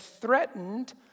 threatened